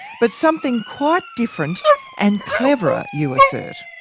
but something quite different and cleverer, you assert.